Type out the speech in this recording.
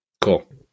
Cool